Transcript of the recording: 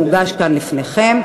המוגש כאן לפניכם.